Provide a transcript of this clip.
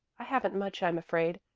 i haven't much, i'm afraid.